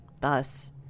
Thus